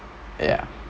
ya